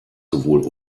sowohl